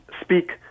speak